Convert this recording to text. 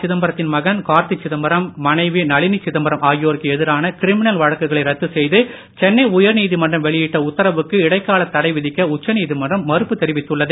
சிதம்பரத்தின் மகன் கார்த்தி சிதம்பரம் மனைவி நளினி சிதம்பரம் ஆகியோருக்கு எதிரான கிரிமினல் வழக்குகளை ரத்து செய்து சென்னை உயர்நீதிமன்றம் வெளியிட்ட உத்தரவுக்கு இடைக்கால் தடை விதிக்க உச்சநீதிமன்றம் மறுப்பு தெரிவித்துள்ளது